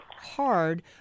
hard